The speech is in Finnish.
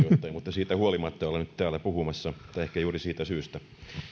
olen nyt täällä puhumassa tai ehkä juuri siitä syystä